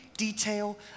detail